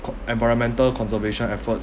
co~ environmental conservation efforts